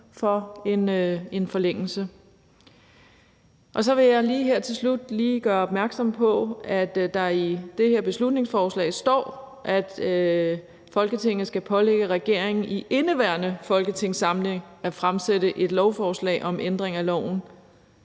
for en forlængelse. Så vil jeg her til slut lige gøre opmærksom på, at der i det her beslutningsforslag står, at Folketinget skal pålægge regeringen i indeværende folketingssamling at fremsætte et lovforslag om ændring af loven.